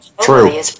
True